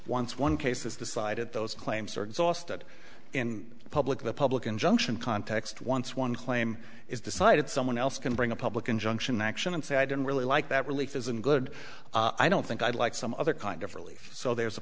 once one case is decided those claims are exhausted in public the public injunction context once one claim is decided someone else can bring a public injunction action and say i don't really like that relief isn't good i don't think i'd like some other kind of relief so there's a